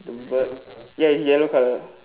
the bird ya it's yellow colour